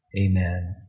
amen